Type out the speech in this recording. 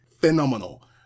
phenomenal